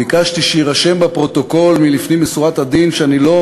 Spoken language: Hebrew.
ביקשתי שיירשם בפרוטוקול מלפנים משורת הדין שאני לא